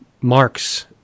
marks